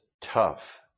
tough